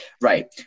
right